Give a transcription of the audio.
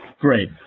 great